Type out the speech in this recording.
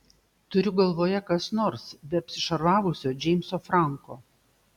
turiu galvoje kas nors be apsišarvavusio džeimso franko